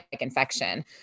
infection